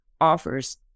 offers